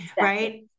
right